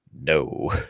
No